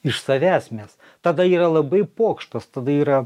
iš savęs mes tada yra labai pokštas tada yra